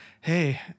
hey